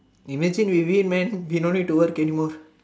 imagine we win man we don't need to work any mores